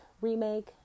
remake